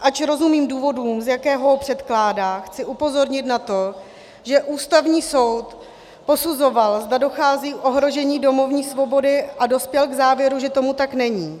Ač rozumím důvodům, z jakých ho předkládá, chci upozornit na to, že Ústavní soud posuzoval, zda dochází k ohrožení domovní svobody, a dospěl k závěru, že tomu tak není.